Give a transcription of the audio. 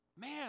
man